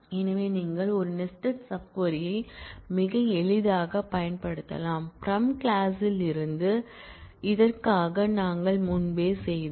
எனவே நீங்கள் ஒரு நெஸ்டட் சப் க்வரி ஐ மிக எளிதாகப் பயன்படுத்தலாம் பிரம் கிளாஸ் ல் இருந்து இதற்காக நாங்கள் முன்பு செய்தோம்